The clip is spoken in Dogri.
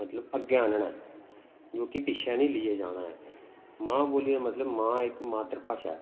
मतलब अग्गें आह्नना ऐ जो कि पिच्छें निं लेइयै जाना ऐ मां बोल्ली दा मतलब मां इक मात्तर भाशा ऐ